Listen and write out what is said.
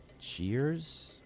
Cheers